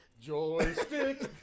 Joystick